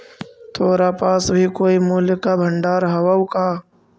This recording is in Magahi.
तोरा पास भी कोई मूल्य का भंडार हवअ का